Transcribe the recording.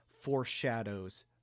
foreshadows